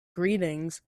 greetings